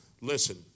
Listen